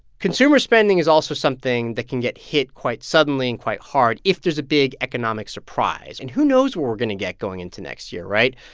consumer spending is also something that can get hit quite suddenly and quite hard if there's a big economic surprise, and who knows where we're going to get going into next year, right?